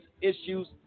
issues